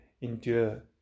endure